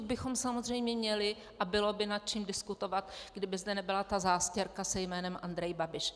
Pokud bychom samozřejmě měli a bylo by nad čím diskutovat, kdyby zde nebyla ta zástěrka se jménem Andrej Babiš.